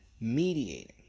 mediating